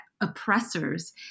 oppressors